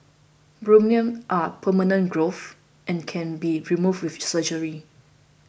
bunions are permanent growths and can be removed with surgery